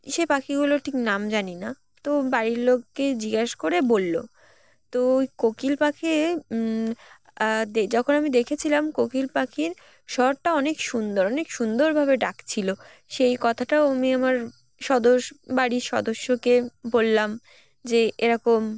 সে পাখিগুলো ঠিক নাম জানি না তো বাড়ির লোককে জিজ্ঞোসা করে বলল তো ওই কোকিল পাখি যখন আমি দেখেছিলাম কোকিল পাখির শ্বরটা অনেক সুন্দর অনেক সুন্দরভাবে ডাকছিলো সেই কথাটাও আমি আমার সদস বাড়ির সদস্যকে বললাম যে এরকম